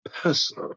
person